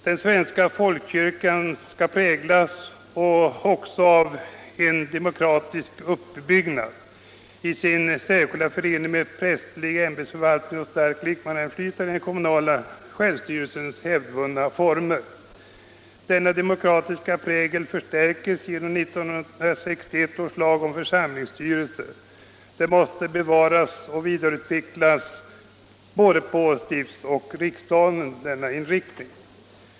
Den svenska folkkyrkan präglas också av sin demokratiska uppbyggnad, sin särskilda förening av prästerlig ämbetsförvaltning och starkt lekmannainflytande i den kommunala självstyrelsens hävdvunna former. Denna demokratiska prägel förstärktes genom 1961 års lag om församlingsstyrelse. Den måste bevaras och bör vidareutvecklas på stiftsoch riksplanen.